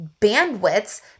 bandwidths